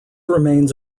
remains